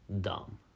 Dumb